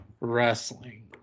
Wrestling